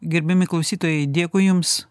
gerbiami klausytojai dėkui jums